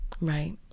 right